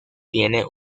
tiene